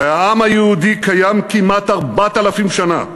הרי העם היהודי קיים כמעט 4,000 שנה,